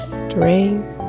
strength